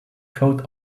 code